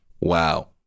wow